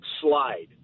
slide